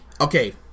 Okay